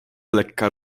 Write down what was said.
lekka